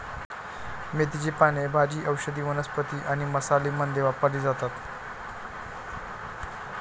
मेथीची पाने भाजी, औषधी वनस्पती आणि मसाला मध्ये वापरली जातात